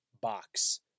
box